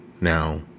Now